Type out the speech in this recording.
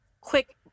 quick